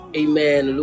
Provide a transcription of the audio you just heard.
amen